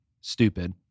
stupid